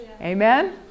Amen